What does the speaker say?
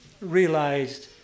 realized